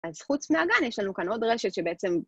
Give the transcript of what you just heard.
אז חוץ מהגן יש לנו כאן עוד רשת שבעצם...